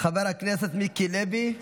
חבר הכנסת מיקי לוי,